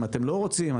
אם אתם לא רוצים,